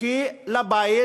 כי את הבית